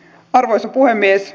arvoisa puhemies